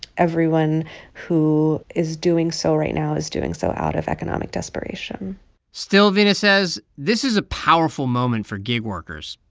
everyone who is doing so right now is doing so out of economic desperation still, veena says, this is a powerful moment for gig workers.